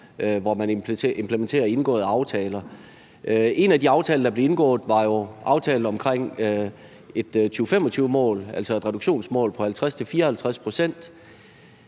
hvor man implementerer indgåede aftaler. En af de aftaler, der blev indgået, var jo aftalen omkring et 2025-mål, altså et reduktionsmål på 50-54 pct.